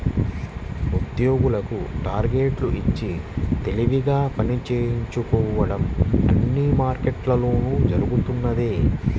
ఉద్యోగులకు టార్గెట్లు ఇచ్చి తెలివిగా పని చేయించుకోవడం అన్ని మార్కెట్లలోనూ జరుగుతున్నదే